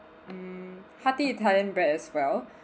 um hearty italian bread as well